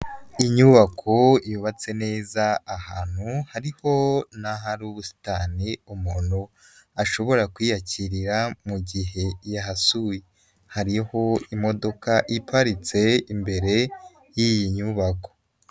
Inyubako yubatse neza ahantu hariho n'ahari ubusitani umuntu ashobora kwiyakirira mugihe yahasuwe, hariho imodoka iparitse imbere y'iyi nyubako.